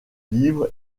livre